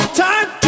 time